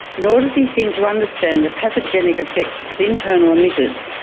nor does he seem to understand the pathogenic effects of internal emitters,